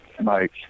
Mike